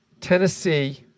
Tennessee